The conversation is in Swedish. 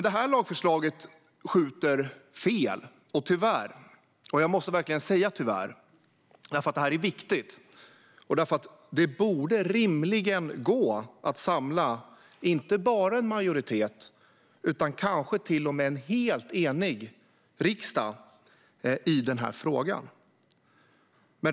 Det här lagförslaget skjuter fel, tyvärr. Jag måste verkligen säga tyvärr, därför att det här är viktigt. Det borde rimligen gå att samla inte bara en majoritet utan kanske till och med en helt enig riksdag i den här frågan.